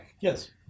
Yes